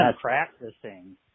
practicing